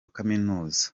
kaminuza